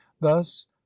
thus